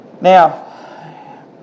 Now